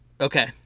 Okay